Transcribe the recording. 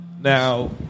Now